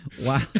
Wow